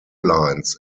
lines